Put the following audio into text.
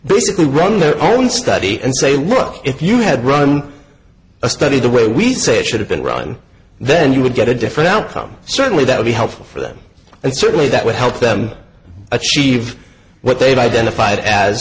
basically run their own study and say look if you had run a study the way we say it should have been run then you would get a different outcome certainly that would be helpful for them and certainly that would help them achieve what they've identified as